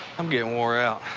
i'm getting wore out.